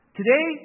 today